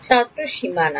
ছাত্র সীমানা